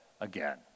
again